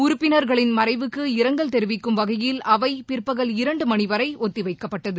உறுப்பினர்களின் மறைவுக்கு இரங்கல் தெரிவிக்கும் வகையில் அவை பிற்பகல் இரண்டு மணி வரை ஒத்திவைக்கப்பட்டது